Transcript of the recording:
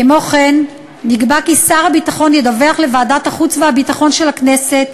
כמו כן נקבע כי שר הביטחון ידווח לוועדת החוץ והביטחון של הכנסת,